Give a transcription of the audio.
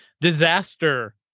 disaster